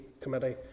committee